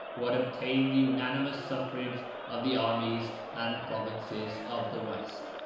who had obtained the unanimous suffrage of the armies and provinces of the west.